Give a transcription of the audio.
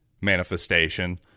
manifestation